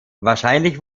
wahrscheinlich